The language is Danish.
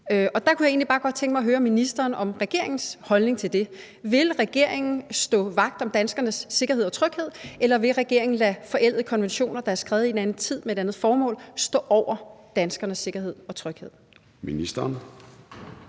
Der kunne jeg egentlig bare godt tænke mig at høre ministeren om regeringens holdning til det. Vil regeringen stå vagt om danskernes sikkerhed og tryghed, eller vil regeringen lade forældede konventioner, der er skrevet i en anden tid med et andet formål, stå over danskernes sikkerhed og tryghed? Kl.